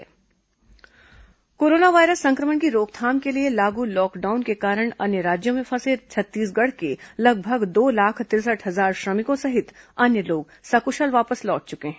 श्रमिक वापसी corona virus संक्रमण की रोकथाम के लिए लागू लॉकडाउन के कारण अन्य राज्यों में फंसे छत्तीसगढ़ के लगभग दो लाख तिरसठ हजार श्रमिकों सहित अन्य लोग सकुशल वापस लौट चुके हैं